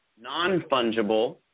non-fungible